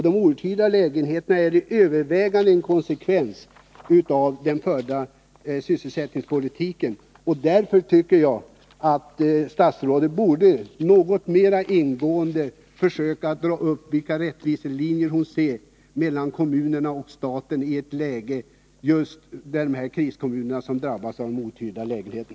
De outhyrda lägenheterna är till övervägande delen en konsekvens av den förda sysselsättningspolitiken, och därför tycker jag att statsrådet något mera ingående borde försöka dra upp de riktlinjer för stat och kommun som hon kan se som möjliga när det gäller att skapa rättvisa för de krisdrabbade kommuner som har ett stort antal outhyrda lägenheter.